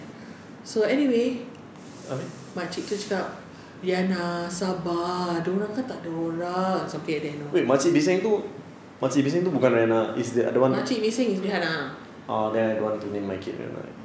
so anyway makcik itu cakap rihanna sabar dia orang kan tak ada orang something like that you know makcik bising is rihanna